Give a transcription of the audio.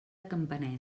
campanet